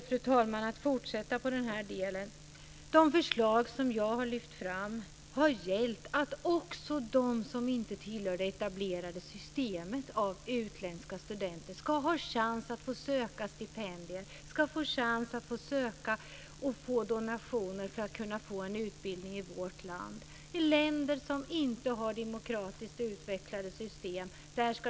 Fru talman! De förslag som jag har lyft fram har gällt att också de som inte tillhör det etablerade systemet av utländska studenter ska ha chans att kunna söka stipendier och donationer för att kunna få en utbildning i vårt land. Det ska kunna komma människor från länder som inte har demokratiskt utvecklade system.